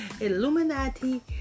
Illuminati